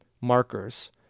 markers